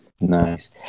Nice